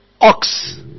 ox